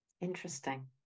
Interesting